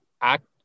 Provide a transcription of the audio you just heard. act